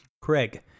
Craig